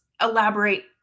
elaborate